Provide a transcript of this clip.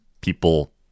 people